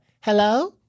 Hello